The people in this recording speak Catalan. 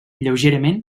lleugerament